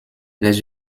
les